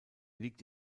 liegt